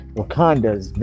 Wakanda's